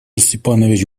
степанович